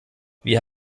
wir